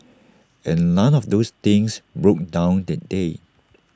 and none of those things broke down that day